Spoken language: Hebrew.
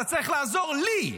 אתה צריך לעזור לי,